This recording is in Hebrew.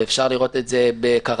ואפשר לראות את זה בקרוונים,